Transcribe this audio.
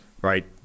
right